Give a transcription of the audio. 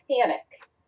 panic